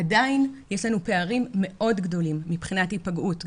עדיין יש לנו פערים מאוד גדולים מבחינת היפגעות,